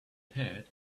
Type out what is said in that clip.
pad